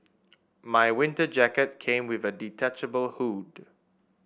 my winter jacket came with a detachable hood